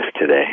today